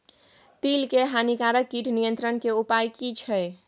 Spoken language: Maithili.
तिल के हानिकारक कीट नियंत्रण के उपाय की छिये?